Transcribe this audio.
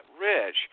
Rich